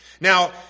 Now